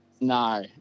No